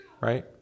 right